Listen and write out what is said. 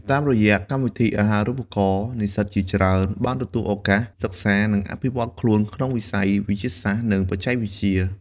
តាមរយៈកម្មវិធីអាហារូបករណ៍ និស្សិតជាច្រើនបានទទួលឱកាសសិក្សានិងអភិវឌ្ឍខ្លួនក្នុងវិស័យវិទ្យាសាស្ត្រ និងបច្ចេកវិទ្យា។